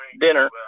dinner